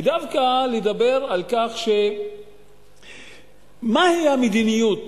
ודווקא לדבר על מהי המדיניות